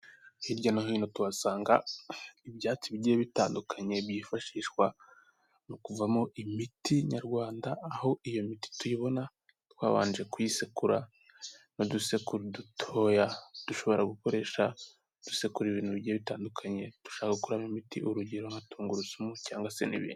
Hirya no hino tuhasanga ibyatsi bigiye bitandukanye, byifashishwa mu kuvamo imiti nyarwanda aho iyo miti tuyibona twabanje kuyisekura n'udusekuru dutoya, dushobora gukoresha dusekura ibintu bigiye bitandukanye, dushobora gukoramo imiti urugero nka tungurusumu cyangwa se n'ibindi.